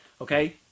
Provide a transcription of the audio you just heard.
okay